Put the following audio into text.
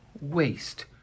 waste